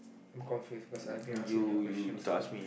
I'm confused because I have been answering your questions too